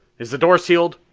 is the door sealed?